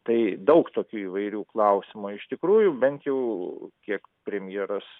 tai daug tokių įvairių klausimų o iš tikrųjų bent jau kiek premjeras